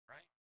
Right